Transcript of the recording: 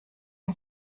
the